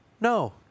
No